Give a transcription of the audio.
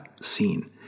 scene